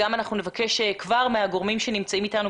נבקש מהגורמים שנמצאים אתנו,